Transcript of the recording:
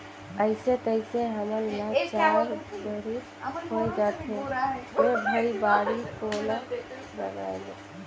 अइसे तइसे हमन ल चार बरिस होए जाथे रे भई बाड़ी कोला लगायेले